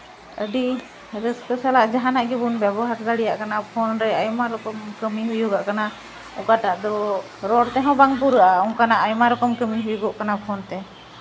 ᱟᱹᱰᱤ ᱨᱟᱹᱥᱠᱟᱹ ᱥᱟᱞᱟᱜ ᱡᱟᱦᱟᱱᱟᱜ ᱜᱮᱵᱚᱱ ᱵᱮᱵᱚᱦᱟᱨ ᱫᱟᱲᱮᱭᱟᱜ ᱠᱟᱱᱟ ᱯᱷᱳᱱ ᱨᱮ ᱟᱭᱢᱟ ᱨᱚᱠᱚᱢ ᱠᱟᱹᱢᱤ ᱦᱩᱭᱩᱜᱚ ᱠᱟᱱᱟ ᱚᱠᱟᱴᱟᱜ ᱫᱚ ᱨᱚᱲ ᱛᱮᱦᱚᱸ ᱵᱟᱝ ᱯᱩᱨᱟᱹᱜᱼᱟ ᱚᱱᱠᱟᱱᱟᱜ ᱟᱭᱢᱟ ᱨᱚᱠᱚᱢ ᱠᱟᱹᱢᱤ ᱦᱩᱭᱩᱜᱚ ᱠᱟᱱᱟ ᱯᱷᱳᱱᱛᱮ